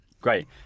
great